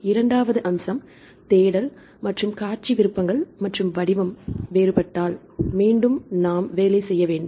இரண்டாவது அம்சம் தேடல் மற்றும் காட்சி விருப்பங்கள் மற்றும் வடிவம் வேறுபட்டால் மீண்டும் நாம் வேலை செய்ய வேண்டும்